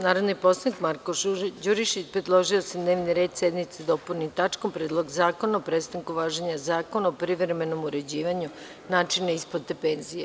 Narodni poslanik Marko Đurišić predložio je da se dnevni red sednice dopuni tačkom – Predlog zakona o prestanku važenja Zakona o privremenom uređivanju načina isplate penzija.